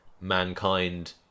mankind